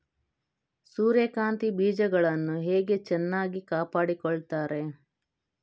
ಸೂರ್ಯಕಾಂತಿ ಬೀಜಗಳನ್ನು ಹೇಗೆ ಚೆನ್ನಾಗಿ ಕಾಪಾಡಿಕೊಳ್ತಾರೆ?